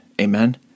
Amen